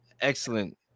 Excellent